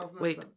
wait